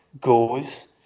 goes